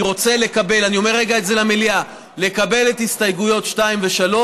אני אומר את זה למליאה: אני רוצה לקבל את הסתייגויות 2 ו-3,